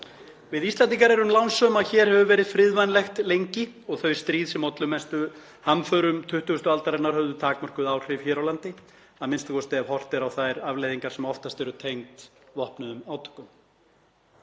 Við Íslendingar erum lánsöm að hér hefur verið friðvænlegt lengi og að þau stríð sem ollu mestu hamförum 20. aldarinnar höfðu takmörkuð áhrif hér á landi, a.m.k. ef horft er á þær afleiðingar sem oftast eru tengdar vopnuðum átökum.